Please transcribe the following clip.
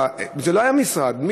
זה לא היה המשרד.